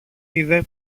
είδε